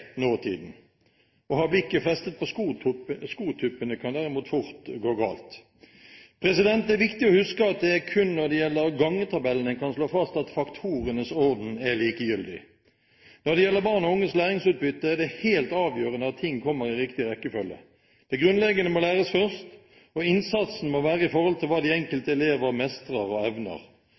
nåtiden! Å ha blikket festet på skotupppene kan derimot fort gå galt. Det er viktig å huske på at det er kun når det gjelder gangetabellen, at en kan slå fast at faktorenes orden er likegyldig. Når det gjelder barn og unges læringsutbytte, er det helt avgjørende at ting kommer i riktig rekkefølge. Det grunnleggende må læres først, og innsatsen må være i forhold til hva de enkelte elever mestrer og evner.